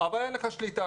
אבל אין לו שליטה,